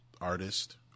artist